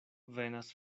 venas